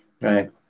right